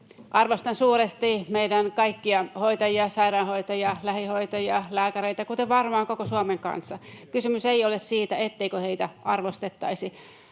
Arvostan suuresti meidän kaikkia hoitajia, sairaanhoitajia, lähihoitajia, lääkäreitä, kuten varmaan koko Suomen kansa. Kysymys ei ole siitä, etteikö heitä arvostettaisi.